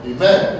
Amen